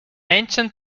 ancient